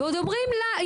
ועוד אומרים לה,